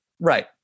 Right